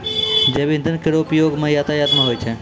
जैव इंधन केरो उपयोग सँ यातायात म भी होय छै